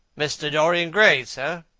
mr. dorian gray's, sir,